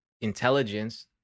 intelligence